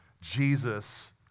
Jesus